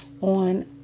on